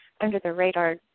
under-the-radar